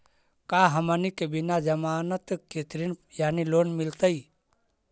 का हमनी के बिना जमानत के ऋण यानी लोन मिलतई?